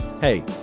Hey